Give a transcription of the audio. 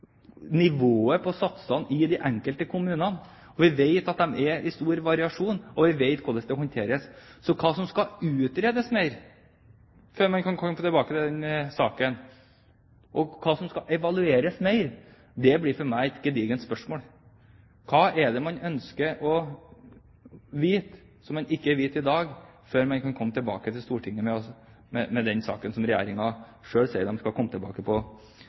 hvordan det håndteres. Så hva som skal utredes mer før man kan komme tilbake til denne saken, og hva som skal evalueres mer, det blir for meg et gedigent spørsmål. Hva er det man ønsker å vite som man ikke vet i dag, før man kan komme tilbake til Stortinget med den saken som Regjeringen på et tidligere tidspunkt selv har sagt at de skal komme tilbake